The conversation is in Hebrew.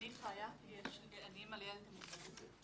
אני חיה, אני אימא לילד עם מוגבלות.